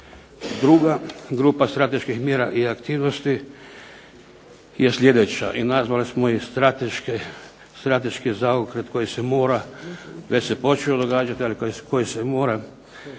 Druga grupa strateških mjera i aktivnosti je sljedeća, i nazvali smo je strateški zaokret koji se mora, već se počeo događati, ali koji se mora